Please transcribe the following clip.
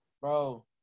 Bro